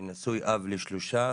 אני נשוי, אב לשלושה,